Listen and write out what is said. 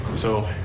so,